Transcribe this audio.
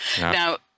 Now